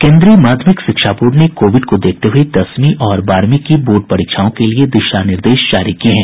केन्द्रीय माध्यमिक शिक्षा बोर्ड ने कोविड को देखते हुए दसवीं और बारहवीं की बोर्ड परीक्षाओं के लिए दिशा निर्देश जारी किये हैं